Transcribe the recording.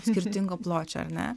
skirtingo pločio ar ne